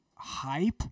hype